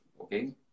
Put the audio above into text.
okay